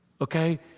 okay